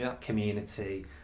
community